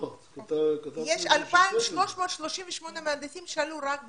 יש 2,338 מהנדסים שעלו רק ב-2019.